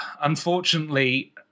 unfortunately